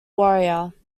warrior